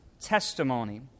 testimony